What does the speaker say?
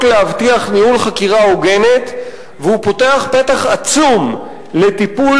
להבטיח ניהול חקירה הוגנת ופותח פתח עצום לטיפול